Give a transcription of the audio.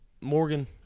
Morgan